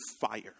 fire